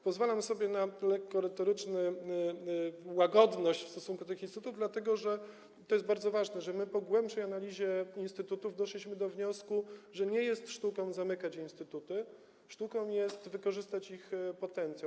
Pozwalam sobie na lekko retoryczny... łagodność w stosunku do tych instytutów, dlatego że - to jest bardzo ważne - my po głębszej analizie instytutów doszliśmy do wniosku, że nie jest sztuką zamykać instytuty, sztuką jest wykorzystać ich potencjał.